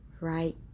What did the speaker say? right